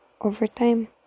overtime